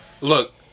Look